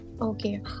Okay